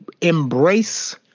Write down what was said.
embrace